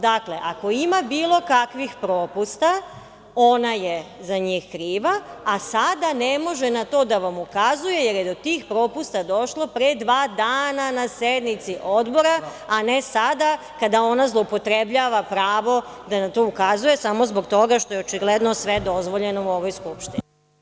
Dakle, ako ima bilo kakvih propusta, ona je za njih kriva, a sada ne može na to da vam ukazuje, jer je do tih propusta došlo pre dva dana na sednici Odbora, a ne sada kada ona zloupotrebljava pravo da na to ukazuje samo zbog toga što je očigledno sve dozvoljeno u ovoj Skupštini.